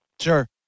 Sure